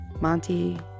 Monty